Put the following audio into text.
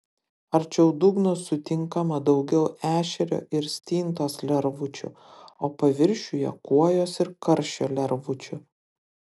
arčiau dugno sutinkama daugiau ešerio ir stintos lervučių o paviršiuje kuojos ir karšio lervučių